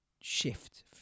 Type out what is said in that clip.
shift